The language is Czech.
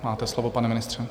Máte slovo, pane ministře.